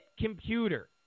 computer